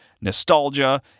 nostalgia